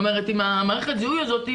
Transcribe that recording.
מערכת הזיהוי הזאת,